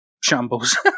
shambles